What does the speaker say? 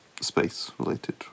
space-related